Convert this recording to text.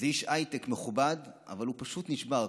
זה איש הייטק מכובד, אבל הוא פשוט נשבר.